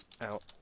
out